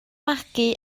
magu